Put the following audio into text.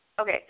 okay